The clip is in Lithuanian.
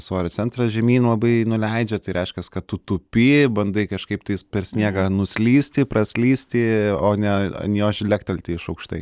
svorio centrą žemyn labai nuleidžia tai reiškias kad tu tupi bandai kažkaip tais per sniegą nuslysti praslysti o ne ant jo žlektelti iš aukštai